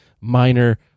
minor